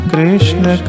Krishna